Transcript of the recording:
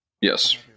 yes